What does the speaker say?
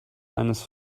eines